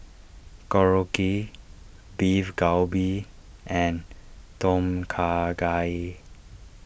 Korokke Beef Galbi and Tom Kha Gai